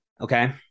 okay